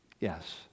yes